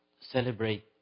celebrate